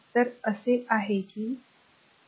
तर हे असे आहे की ते असे येईल